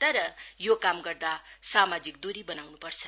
तर यो काम गर्दा सामाजिक दुरी बनाउनु पर्छ